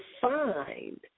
find